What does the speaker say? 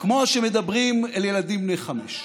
כמו שמדברים אל ילדים בני חמש.